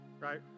Right